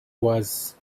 was